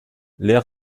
l’air